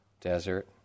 desert